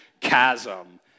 chasm